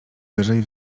wyżej